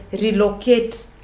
relocate